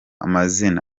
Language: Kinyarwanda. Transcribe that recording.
amazina